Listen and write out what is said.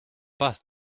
pas